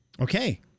Okay